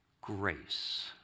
grace